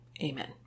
Amen